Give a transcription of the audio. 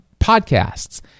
podcasts